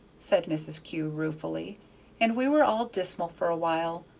said mrs. kew ruefully and we were all dismal for a while,